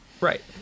Right